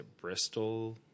Bristol